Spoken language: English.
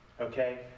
okay